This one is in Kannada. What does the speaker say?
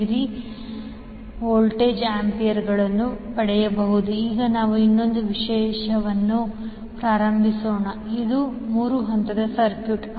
69VA ಈಗ ನಾವು ಇನ್ನೊಂದು ವಿಷಯವನ್ನು ಪ್ರಾರಂಭಿಸೋಣ ಅದು 3 ಹಂತದ ಸರ್ಕ್ಯೂಟ್